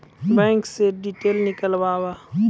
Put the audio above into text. Bank से detail नीकालव?